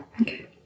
Okay